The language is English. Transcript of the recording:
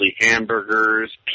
hamburgers